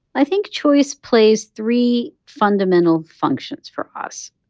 i think choice plays three fundamental functions for us.